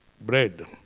bread